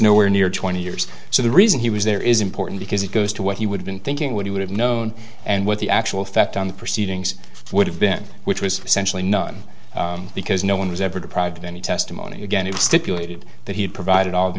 nowhere near years so the reason he was there is important because it goes to what he would have been thinking what he would have known and what the actual effect on the proceedings would have been which was essentially none because no one was ever deprived of any testimony again it was stipulated that he had provided all the